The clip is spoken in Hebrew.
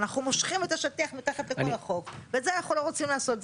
אנחנו מושכים את השטיח מתחת לכל החוק ואת זה אנחנו לא רוצים לעשות.